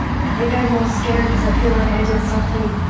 i think i'm most scared because i feel like i did something.